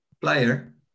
Player